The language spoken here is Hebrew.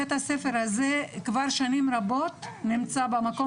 בית הספר הזה כבר שנים רבות נמצא במיקום